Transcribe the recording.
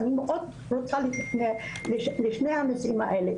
אני מאוד רוצה לפני המקרים האלה,